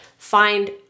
find